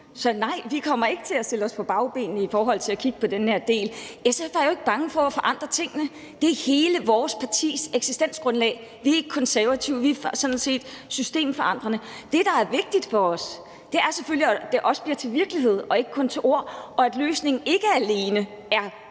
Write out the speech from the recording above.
Så nej, vi kommer ikke til at stille os på bagbenene i forhold til at kigge på den her del. SF er jo ikke bange for at forandre tingene. Det er hele vores partis eksistensgrundlag. Vi er ikke Konservative. Vi er sådan set systemforandrende. Det, der er vigtigt for os, er selvfølgelig, at det også bliver til virkelighed og ikke kun til ord, og at løsningen ikke alene er,